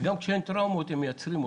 וגם כשאין טראומות הם מייצרים אותן.